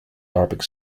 arabic